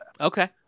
Okay